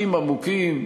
עמוקים עמוקים,